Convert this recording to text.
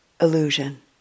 illusion